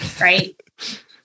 right